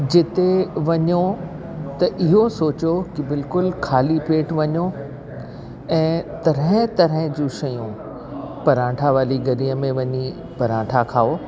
जिते वञो त इहो सोचो की बिल्कुलु ख़ाली पेटु वञो ऐं तरह तरह जूं शयूं पराठा वाली गली में वञी पराठा खाओ